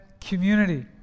community